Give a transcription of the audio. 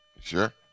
Sure